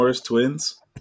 twins